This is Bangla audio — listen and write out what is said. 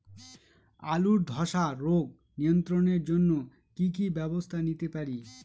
আলুর ধ্বসা রোগ নিয়ন্ত্রণের জন্য কি কি ব্যবস্থা নিতে পারি?